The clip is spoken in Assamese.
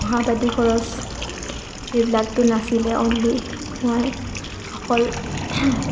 পঢ়া পাতি খৰচ এইবিলাকতো নাছিলে অনলি মই অকল